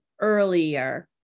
earlier